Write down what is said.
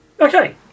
Okay